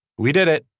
we did it.